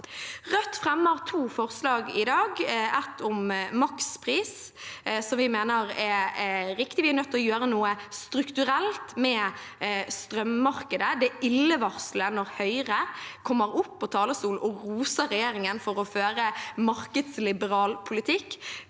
Det ene er om makspris, som vi mener er riktig. Vi er nødt til å gjøre noe strukturelt med strømmarkedet. Det er illevarslende når Høyre kommer opp på talerstolen og roser regjeringen for å føre en markedsliberal politikk.